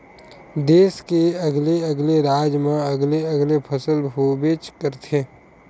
देस के अलगे अलगे राज म अलगे अलगे फसल होबेच करथे